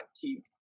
keep